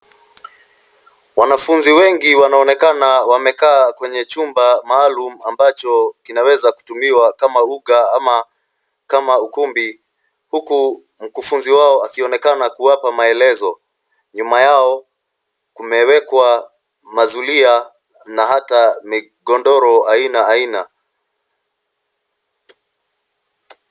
Wanafunzi wengi wanaonekana wamekaa kwenye chumba maalum ambacho kinaweza kutumiwa kama uga ama kama ukumbi huku mkufunzi wao akionekana kuwapa maelezo. Nyuma yao kumewekwa mazulia na hata migondoro aina aina.